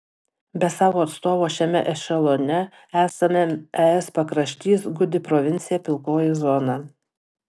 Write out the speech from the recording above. be savo atstovo šiame ešelone esame es pakraštys gūdi provincija pilkoji zona